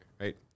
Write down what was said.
right